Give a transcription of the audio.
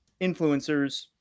influencers